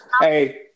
Hey